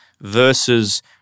versus